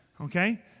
Okay